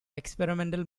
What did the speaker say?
experimental